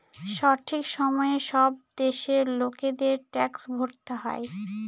সঠিক সময়ে সব দেশের লোকেদের ট্যাক্স ভরতে হয়